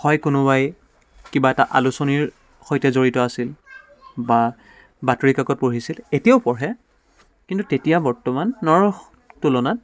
হয় কোনোবাই কিবা এটা আলোচনীৰ সৈতে জড়িত আছিল বা বাতৰি কাকত পঢ়িছিল এতিয়াও পঢ়ে কিন্তু তেতিয়া বৰ্তমান নৰস তুলনাত